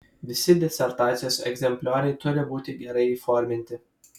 visi disertacijos egzemplioriai turi būti gerai įforminti